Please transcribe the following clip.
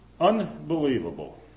Unbelievable